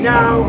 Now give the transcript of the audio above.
Now